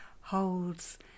holds